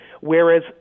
whereas